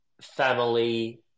family